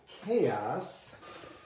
chaos